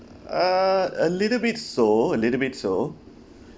uh a little bit so a little bit so